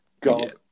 God